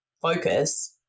focus